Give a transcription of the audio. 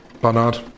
bernard